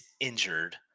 injured